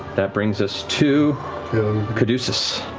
that brings us to to caduceus.